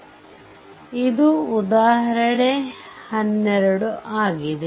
ಆದ್ದರಿಂದ ಇದು ಉದಾಹರಣೆ 12 ಆಗಿದೆ